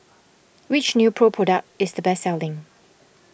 which Nepro product is the best selling